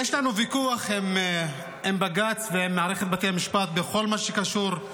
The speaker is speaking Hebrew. יש לנו ויכוח עם בג"ץ ועם מערכת בתי המשפט בכל מה שקשור לסוגיות